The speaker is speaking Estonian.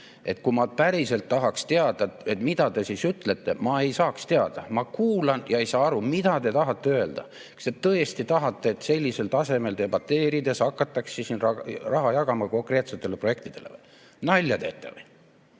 Kui ma päriselt tahaks teada, mida te siis ütlete, ma ei saaks teada. Ma kuulan ja ei saa aru, mida te tahate öelda. Kas te tõesti tahate, et sellisel tasemel debateerides hakatakse raha jagama konkreetsetele projektidele? Nalja teete või?!